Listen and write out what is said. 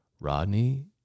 Rodney